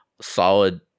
solid